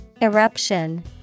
Eruption